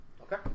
Okay